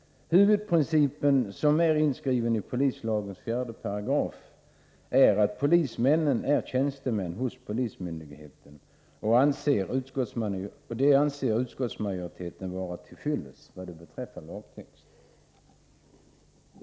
Huvudprincipen, som är inskriven i 4 § polislagen, är att polismännen är tjänstemän hos polismyndigheterna, och det anser utskottsmajoriteten vara till fyllest vad beträffar lagtext.